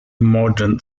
modern